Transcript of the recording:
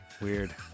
Weird